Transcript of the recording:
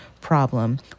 problem